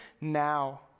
now